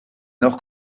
nord